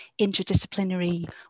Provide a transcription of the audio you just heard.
interdisciplinary